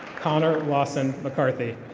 connor larson mccarthy.